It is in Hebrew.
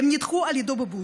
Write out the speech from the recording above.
הן נדחו על ידו בבוז.